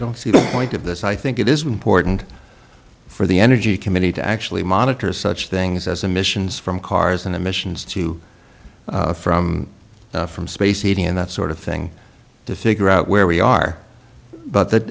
don't see the point of this i think it is important for the energy committee to actually monitor such things as emissions from cars and emissions to from from space heating and that sort of thing to figure out where we are but